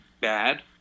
bad